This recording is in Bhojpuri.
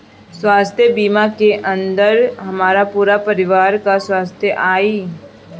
स्वास्थ्य बीमा के अंदर हमार पूरा परिवार का सदस्य आई?